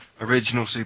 original